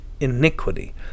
iniquity